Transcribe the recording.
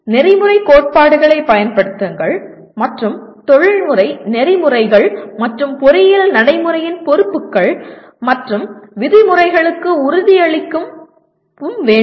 நெறிமுறைக் கோட்பாடுகளைப் பயன்படுத்துங்கள் மற்றும் தொழில்முறை நெறிமுறைகள் மற்றும் பொறியியல் நடைமுறையின் பொறுப்புகள் மற்றும் விதிமுறைகளுக்கு உறுதியளிக்கவும் வேண்டும்